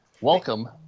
Welcome